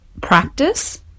practice